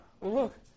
Look